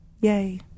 Yay